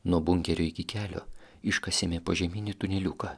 nuo bunkerio iki kelio iškasėme požeminį tuneliuką